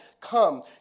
come